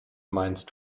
meinst